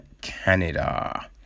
Canada